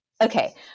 okay